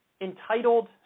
entitled